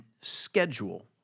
schedule